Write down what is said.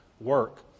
work